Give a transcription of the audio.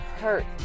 hurt